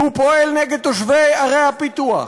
כי הוא פועל נגד תושבי ערי הפיתוח,